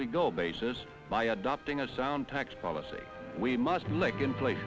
we go basis by adopting a sound tax policy we must make in place